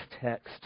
text